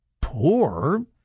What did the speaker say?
poor